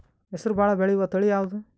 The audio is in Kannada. ಹೆಸರು ಭಾಳ ಬೆಳೆಯುವತಳಿ ಯಾವದು?